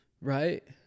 Right